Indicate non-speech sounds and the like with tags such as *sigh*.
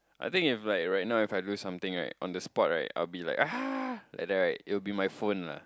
I think if like right now if I do something right on the spot right I'll be like *noise* and then right it'll be my phone lah